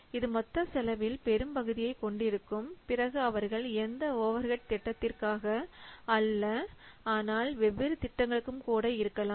இது மொத்த செலவில் பெரும்பகுதியை கொண்டிருக்கும் பிறகு அவர்கள் எந்த ஓவர் ஹெட் திட்டத்திற்காக அல்ல ஆனால் வெவ்வேறு திட்டங்களுக்கும் கூட இருக்கலாம்